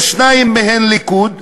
שניים מהם ליכוד,